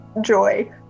joy